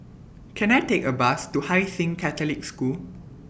Can I Take A Bus to Hai Sing Catholic School